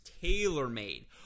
tailor-made